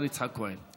יצחק כהן.